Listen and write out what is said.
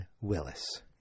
Willis